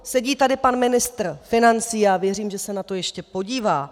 Sedí tady pan ministr financí, já věřím, že se na to ještě podívá.